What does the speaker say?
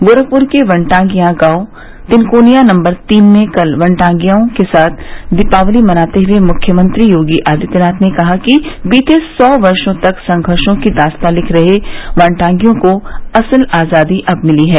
गोरखप्र के वनटांगियां गांव तिनकोनिया नंबर तीन में कल वनटांगियों के साथ दीपावली मनाते हुए मुख्यमंत्री योगी आदित्यनाथ ने कहा कि बीते सौ साल तक संघर्षो की दास्ता लिख रहे वनटांगियों को असल आजादी अब मिली है